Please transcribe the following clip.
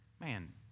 Man